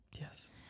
Yes